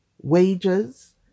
wages